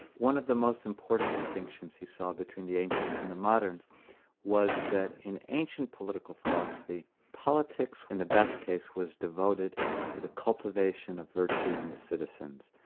one of the most important distinctions he saw between the ancients and the moderns was that in ancient political philosophy, politics in the best case was devoted to the cultivation of virtue in the citizens,